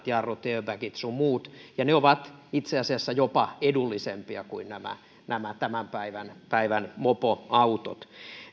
jarrut ja airbagit sun muut ne ovat itse asiassa jopa edullisempia kuin tämän päivän päivän mopoautot